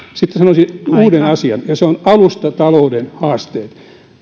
sitten sanoisin uuden asian ja se on alustatalouden haasteet